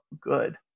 good